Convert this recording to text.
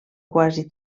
quasi